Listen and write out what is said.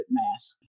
mask